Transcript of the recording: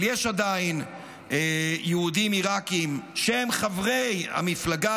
אבל יש עדיין יהודים עיראקים שהם חברי המפלגה